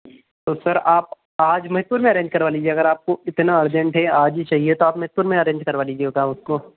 जी तो सर आप आज मनिकपुर में अरेंज करवा लीजिए अगर आपको इतना अर्जेंट है आज ही चाहिए तो मनिकपुर में अरेंज करवा लीजिएगा उसको